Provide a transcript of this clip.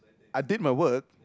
I did my work